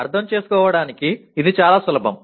అర్థం చేసుకోవడానికి ఇది చాలా సులభం